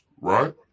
right